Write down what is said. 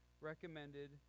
recommended